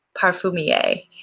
parfumier